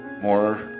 more